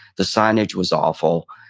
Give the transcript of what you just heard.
the signage was awful,